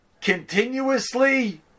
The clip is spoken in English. continuously